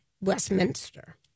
Westminster